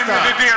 חיים ידידי,